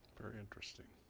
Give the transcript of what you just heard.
very interesting.